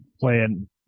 playing